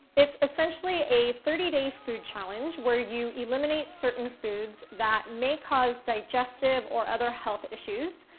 it's essentially a thirty day food challenge where you eliminate certain foods that may cause digestive or other health issues,